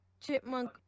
chipmunk